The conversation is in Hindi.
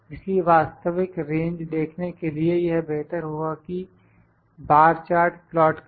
इसलिए वास्तविक रेंज देखने के लिए यह बेहतर होगा कि बार चार्ट प्लाट करें